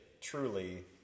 truly